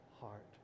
heart